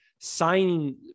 signing